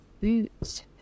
Boots